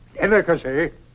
Delicacy